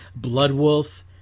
Bloodwolf